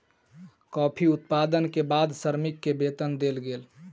coffee उत्पादन के बाद श्रमिक के वेतन देल गेल